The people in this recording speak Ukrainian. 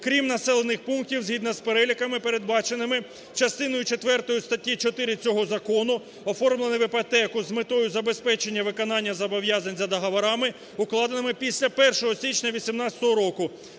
крім населених пунктів згідно з переліками, передбаченими частиною четвертою статті 4 цього закону, оформлені в іпотеку з метою забезпечення виконання зобов'язань за договорами, укладеними після 1 січня 2018 року,